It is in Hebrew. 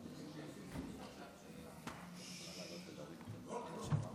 משפחתי האהובה, כנסת נכבדה, אני לא